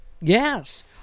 Yes